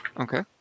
Okay